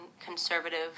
conservative